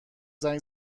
زنگ